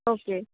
okay